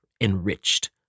enriched